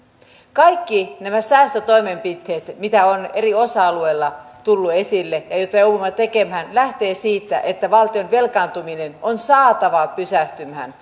kaikki nämä säästötoimenpiteet mitä on eri osa alueilla tullut esille ja mitä joudumme tekemään lähtevät siitä että valtion velkaantuminen on saatava pysähtymään